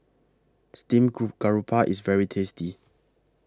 Steamed Garoupa IS very tasty